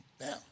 Now